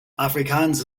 afrikaans